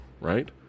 right